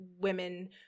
women